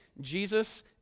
Jesus